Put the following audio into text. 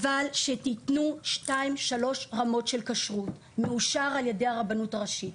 אבל שתיתנו שתיים-שלוש רמות של כשרות מאושר על ידי הרבנות הראשית.